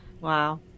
Wow